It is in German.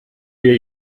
wir